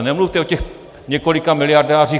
Nemluvte o těch několika miliardářích.